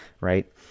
right